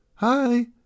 Hi